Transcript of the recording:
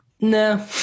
no